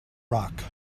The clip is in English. rock